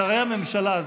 שרי הממשלה,